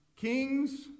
kings